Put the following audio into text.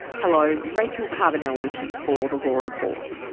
hello, rachel carbonell with you for the law report.